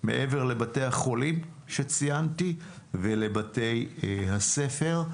מעבר לבתי החולים שציינתי ולבתי הספר,